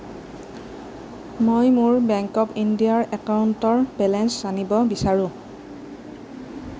মই মোৰ bank of ইণ্ডিয়াৰ একাউণ্টৰ বেলেঞ্চ জানিব বিচাৰোঁ